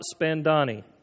Spandani